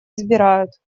избирают